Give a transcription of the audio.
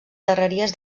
darreries